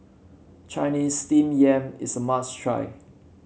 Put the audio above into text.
Chinese Steamed Yam is a must try